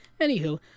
Anywho